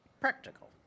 Practical